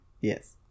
Yes